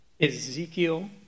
Ezekiel